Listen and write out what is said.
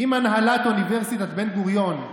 אם הנהלת אוניברסיטת בן-גוריון,